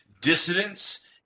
dissidents